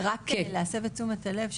רק להסב את תשומת הלב,